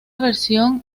versión